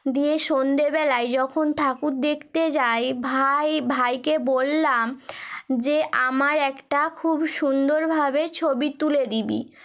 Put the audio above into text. দিয়ে সন্ধেবেলায় যখন ঠাকুর দেখতে যাই ভাই ভাইকে বললাম যে আমার একটা খুব সুন্দরভাবে ছবি তুলে দিবি